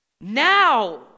Now